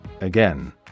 again